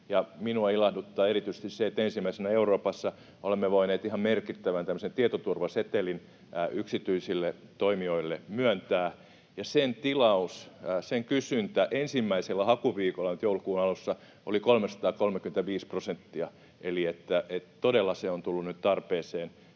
Minua ilahduttaa erityisesti se, että ensimmäisenä Euroopassa olemme voineet tämmöisen ihan merkittävän tietoturvasetelin yksityisille toimijoille myöntää. Sen tilaus, sen kysyntä, ensimmäisillä hakuviikoilla nyt joulukuun alussa oli 335 prosenttia, eli todella se on tullut tarpeeseen,